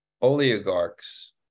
oligarchs